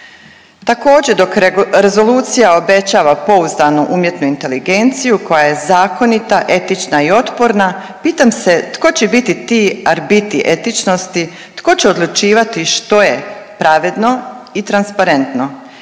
Također dok rezolucija obećava pouzdanu umjetnu inteligenciju koja je zakonita, etična i otporna, pitam se tko će biti ti arbiti etičnosti, tko će odlučivati što je pravedno i transparentno.